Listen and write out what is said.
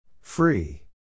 Free